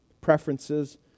preferences